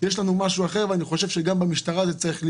יש לנו משהו אחר ואני חושב שגם במשטרה זה צריך להיות.